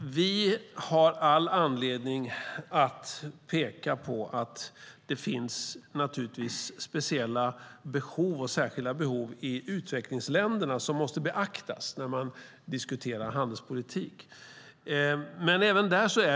Vi har all anledning att peka på att det naturligtvis finns speciella behov i utvecklingsländerna som måste beaktas när man diskuterar handelspolitik. Även bland världens fattigaste